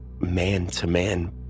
man-to-man